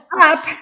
up